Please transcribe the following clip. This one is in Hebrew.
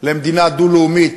למדינה דו-לאומית,